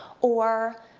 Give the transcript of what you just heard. or,